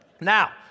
Now